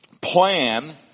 plan